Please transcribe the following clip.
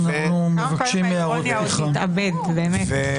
נתאבד, באמת.